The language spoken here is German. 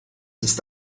ist